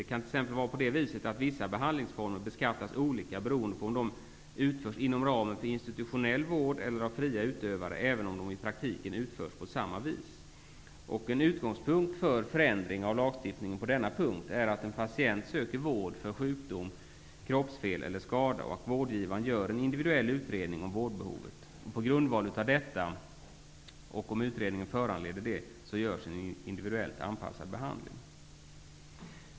Det kan t.ex. vara på det viset att vissa behandlingsformer beskattas olika beroende på om behandlingen utförs inom ramen för institutionell vård eller av fria yrkesutövare, även om behandlingen i praktiken utförs på samma vis. En utgångspunkt för en förändring av lagstiftningen på denna punkt är att en patient söker vård för sjukdom, kroppsfel eller skada och att vårdgivaren gör en individuell utredning om vårdbehovet. På grundval av denna, och om utredningen föranleder det, ges en individuellt anpassad behandling.